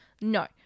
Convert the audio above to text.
No